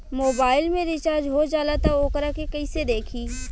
Mobile में recharge हो जाला त वोकरा के कइसे देखी?